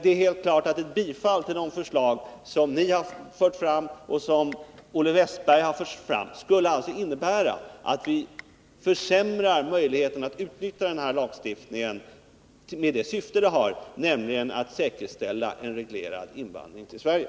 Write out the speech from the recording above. Det är helt klart att ett bifall till det förslag som ni har fört fram och som Olle Wästberg i Stockholm har fört fram skulle innebära att vi försämrar möjligheten att utnyttja den här lagstiftningen med det syfte den har, nämligen att säkerställa en reglerad invandring till Sverige.